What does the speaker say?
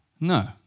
No